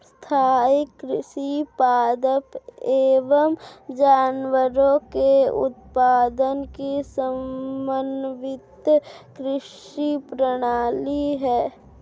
स्थाईं कृषि पादप एवं जानवरों के उत्पादन की समन्वित कृषि प्रणाली है